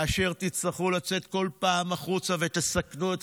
כאשר תצטרכו לצאת כל פעם החוצה ותסכנו את